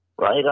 right